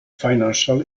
financial